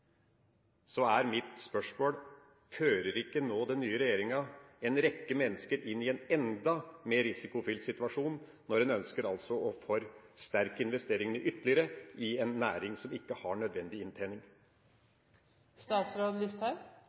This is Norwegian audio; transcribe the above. er mitt spørsmål: Fører ikke nå den nye regjeringa en rekke mennesker inn i en enda mer risikofylt situasjon, når en altså ønsker å forsterke investeringene ytterligere i ei næring som ikke har nødvendig